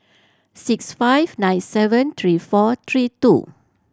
six five nine seven three four three two